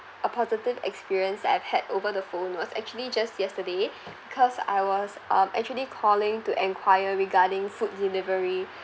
a positive experience I've had over the phone was actually just yesterday because I was um actually calling to enquire regarding food delivery